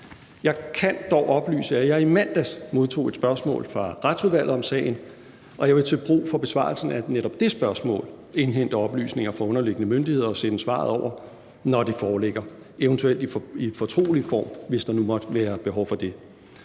Jeg kan dog oplyse, at jeg i mandags modtog et spørgsmål fra Retsudvalget om sagen, og jeg vil til brug for bevarelsen af netop det spørgsmål indhente oplysninger fra underliggende myndigheder og sende svaret over, når det foreligger – eventuelt i fortrolig form, hvis der nu måtte være behov for det.